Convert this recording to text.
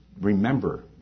remember